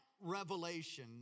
revelation